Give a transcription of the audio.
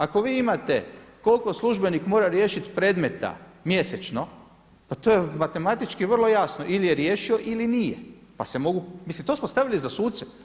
Ako vi imate koliko službenik mora riješiti predmeta mjesečno pa to je matematički vrlo jasno ili je riješio ili nije, pa se mogu, mislim to smo stavili za suce.